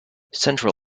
central